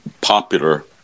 popular